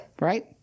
Right